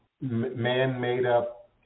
man-made-up